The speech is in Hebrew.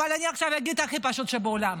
אבל אני עכשיו אגיד הכי פשוט שבעולם: